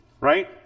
right